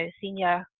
Senior